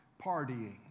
partying